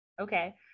Okay